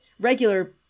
regular